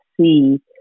see